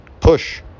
Push